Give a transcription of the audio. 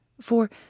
for